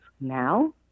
Now